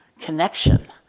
connection